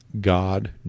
God